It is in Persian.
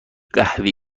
قهوه